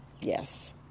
yes